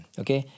okay